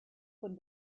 von